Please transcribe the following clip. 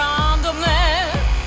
Randomness